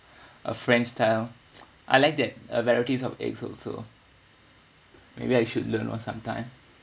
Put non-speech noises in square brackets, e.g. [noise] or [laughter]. uh french style [noise] I like that a varieties of eggs also maybe I should learn orh some time